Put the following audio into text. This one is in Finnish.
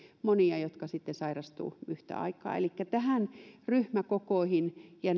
monia jotka sitten sairastuvat yhtä aikaa elikkä ryhmäkokoot ja